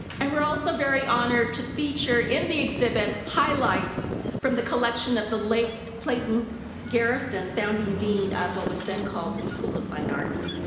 and we're also very honored to feature, in the exhibit, highlights from the collection of the late clayton garrison, founding dean of what was then called the school of fine arts.